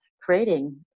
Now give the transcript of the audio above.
creating